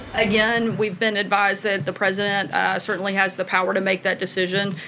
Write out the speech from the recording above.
again, we've been advised that the president certainly has the power to make that decision.